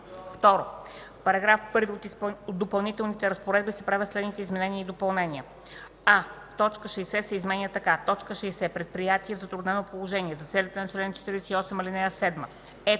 2. В § 1 от Допълнителните разпоредби се правят следните изменения и допълнения: а) точка 60 се изменя така: „60. „Предприятие в затруднено положение” за целите на чл. 48, ал. 7